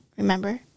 remember